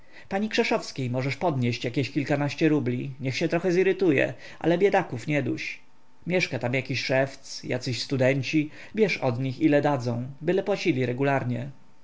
pani krzeszowskiej możesz podnieść jakieś kilkanaście rubli niech się trochę zirytuje ale biedaków nie duś mieszka tam jakiś szewc jacyś studenci bierz od nich ile dadzą byle płacili regularnie